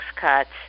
cuts